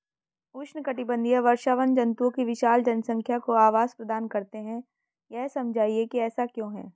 उष्णकटिबंधीय वर्षावन जंतुओं की विशाल जनसंख्या को आवास प्रदान करते हैं यह समझाइए कि ऐसा क्यों है?